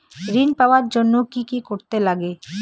ঋণ পাওয়ার জন্য কি কি করতে লাগে?